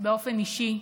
באופן אישי.